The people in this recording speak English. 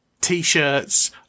T-shirts